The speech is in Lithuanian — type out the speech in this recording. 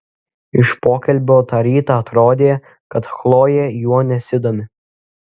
iš pokalbio tą rytą atrodė kad chlojė juo nesidomi